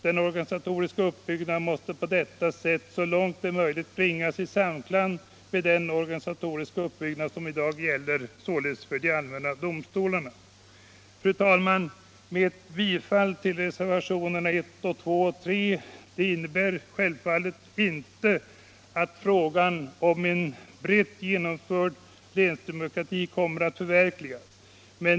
Den organisatoriska uppbyggnaden måste på detta sätt så långt det är möjligt bringas i samklang med den organisatoriska uppbyggnad som i dag gäller för de allmänna domstolarna. Fru talman! Ett bifall till reservationerna 1, 2 och 3 innebär självfallet inte att en brett genomförd länsdemokrati kommer att förverkligas.